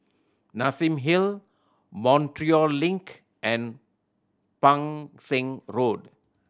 Nassim Hill Montreal Link and Pang Seng Road